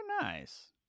nice